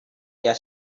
their